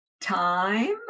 Time